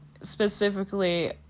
specifically